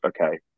okay